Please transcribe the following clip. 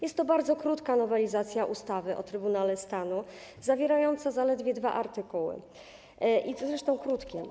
Jest to bardzo krótka nowelizacja ustawy o Trybunale Stanu, zawierająca zaledwie dwa artykuły, i to zresztą krótkie.